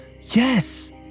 Yes